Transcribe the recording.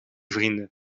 vrienden